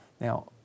Now